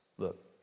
Look